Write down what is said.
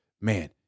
man